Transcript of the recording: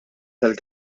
tal